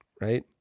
Right